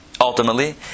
ultimately